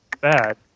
bad